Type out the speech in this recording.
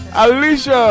¡Alicia